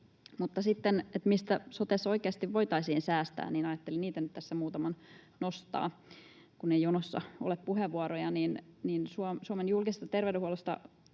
Mutta sitten, mistä sotessa oikeasti voitaisiin säästää — ajattelin niitä nyt tässä muutaman nostaa, kun ei jonossa ole puheenvuoroja. Suomen julkisesta terveydenhuollosta